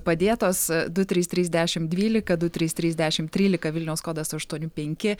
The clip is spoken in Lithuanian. padėtos du trys trys dešim dvylika du trys trys dešim trylika vilniaus kodas aštuoni penki